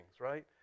right